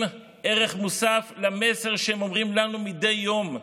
ערך מוסף למסר שהם אומרים לנו מדי יום: